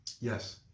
Yes